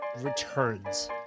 Returns